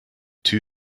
two